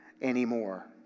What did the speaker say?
anymore